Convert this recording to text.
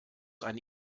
eine